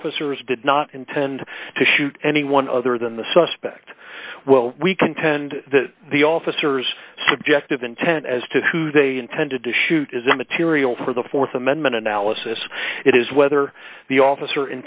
officers did not intend to shoot anyone other than the suspect well we contend that the officers subjective intent as to who they intended to shoot is immaterial for the th amendment analysis it is whether the officer